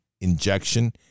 injection